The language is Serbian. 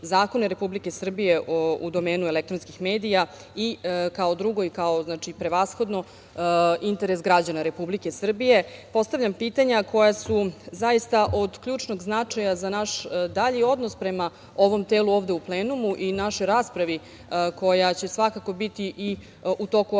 zakone Republike Srbije u domenu elektronskih medija i kao drugo i kao prevashodno interes građana Republike Srbije, postavljam pitanja koja su zaista od ključnog značaja za naš dalji odnos prema ovom telu ovde u plenumu i našoj raspravi koja će svakako biti i u toku ove sednice